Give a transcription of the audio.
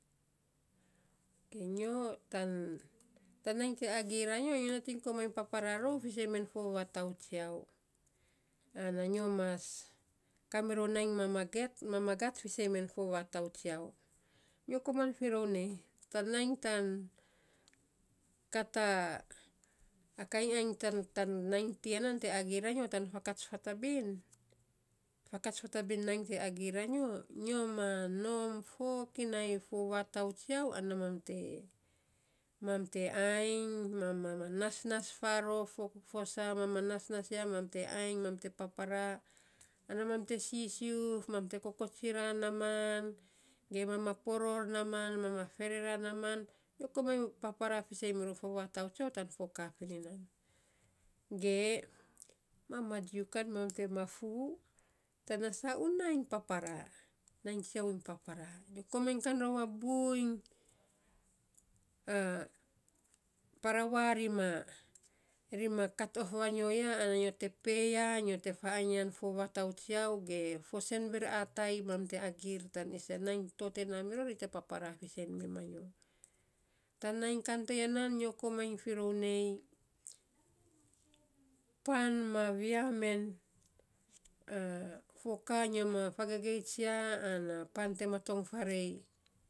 Kei nyo tan tan nainy te agiir a nyo, nating papara rou fiisen mem fo vatau tsiau. Ana nyo mas kamirou nainy mamaget, mamagat fiisen men fo vatau tsiau. Nyo koman firou nei tan nainy tan kat a kainy ainy tan tan nainy tiya nan te agiir a nyo, tan fakats fatabin, fakats fatabin tan nainy te agiir a nyo. Nyo ma nom fokinai fo vatau tsiau ana mam te mam te ainy, mam mam ma nasnas faarof fo sa mam ma nasnas ya, ana mam te ainy mam te papara ana mam te sisiuf mam te kokotsira naaman. Nyo komainy te papara fiisen mirou fo vatau tsiau tan foka fini nan. ge mes mam jiu kan mam te mafuu, tana saa u nainy papara. Nainy tsiau iny papara. Nyo komainy kainy ror a buiny parawa ri ma ri ma kat ot vanyo ya ana nyo te pee ya, nyo te faainy fo vatau tsiau ge fo sen virr atai mam te agiir tan isen nainy to te naa miror te ri te para fiisen me manyo. tan nainy kan toya nan, nyo komainy firou nei pan ma via men foka nyo ma fagagets ya ana pan te maton faarei.